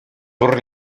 pour